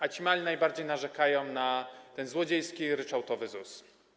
A ci mali najbardziej narzekają na złodziejski i ryczałtowy ZUS.